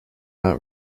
not